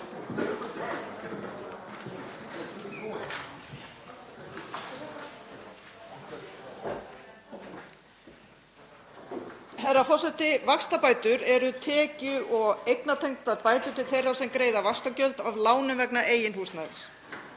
Herra forseti. Vaxtabætur eru tekju- og eignatengdar bætur til þeirra sem greiða vaxtagjöld af lánum vegna eigin húsnæðis.